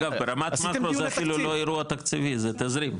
זה לא אירוע תקציבי, זה תזרים.